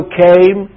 came